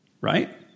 right